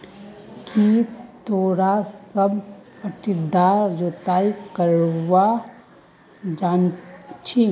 की तोरा सब पट्टीदार जोताई करवा जानछी